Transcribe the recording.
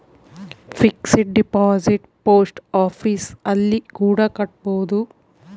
fixed deposit post office ಅಲ್ಲಿ ಕೂಡ ಕಟ್ಬೋದು